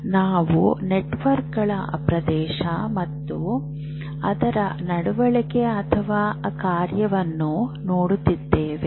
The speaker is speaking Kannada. ನಾವು ನೆಟ್ವರ್ಕ್ಗಳ ಪ್ರದೇಶ ಮತ್ತು ಅದರ ನಡವಳಿಕೆ ಅಥವಾ ಕಾರ್ಯವನ್ನು ನೋಡುತ್ತಿದ್ದೇವೆ